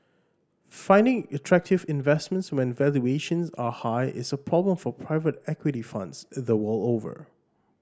finding attractive investments when valuations are high is a problem for private equity funds the world over